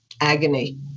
agony